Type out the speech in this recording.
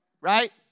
right